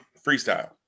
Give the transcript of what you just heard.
Freestyle